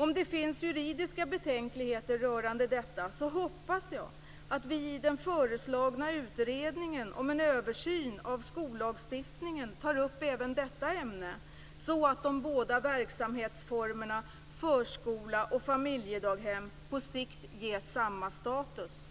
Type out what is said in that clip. Om det finns juridiska betänkligheter rörande detta hoppas jag att vi i den föreslagna utredningen om en översyn av skollagstiftningen tar upp även detta ämne, så att de båda verksamhetsformerna, förskola och familjedaghem, på sikt ges samma status.